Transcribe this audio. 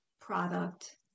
product